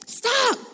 stop